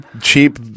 cheap